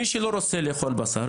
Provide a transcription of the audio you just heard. מי שלא רוצה לאכול בשר,